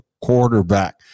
quarterback